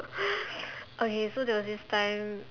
okay so there was this time